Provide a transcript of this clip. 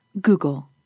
Google